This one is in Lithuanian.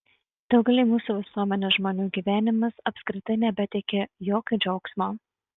daugeliui mūsų visuomenės žmonių gyvenimas apskritai nebeteikia jokio džiaugsmo